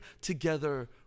together